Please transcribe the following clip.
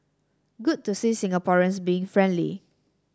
good to see Singaporeans being friendly